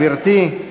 גברתי,